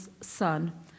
son